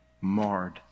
marred